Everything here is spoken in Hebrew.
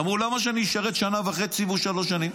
אמרו: למה שזה ישרת שנה וחצי והוא שלוש שנים?